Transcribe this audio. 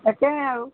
তাকেহে আৰু